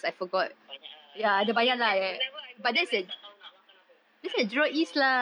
banyak ah ya so it's like whenever I go there then tak tau nak makan apa ya so